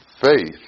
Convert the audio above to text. faith